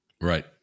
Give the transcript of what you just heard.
right